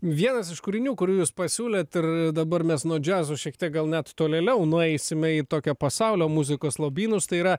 vienas iš kūrinių kurių jūs pasiūlėt ir dabar mes nuo džiazo šiek tiek gal net tolėliau nueisime į tokio pasaulio muzikos lobynus tai yra